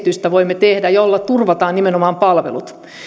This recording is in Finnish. esitystä voimme tehdä jolla turvataan nimenomaan palvelut